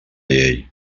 llei